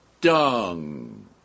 dung